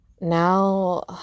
now